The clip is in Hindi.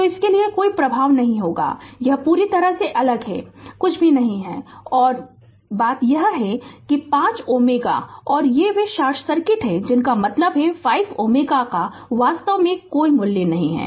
तो इस के लिए कोई प्रभाव नहीं होगा यह पूरी तरह से अलग है कुछ भी नहीं है और बात यह है 5 Ω और यह वे शॉर्ट सर्किट है इसका मतलब है इस 5 Ω का वास्तव में कोई मूल्य नहीं है